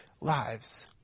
lives